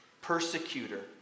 persecutor